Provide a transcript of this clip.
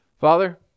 Father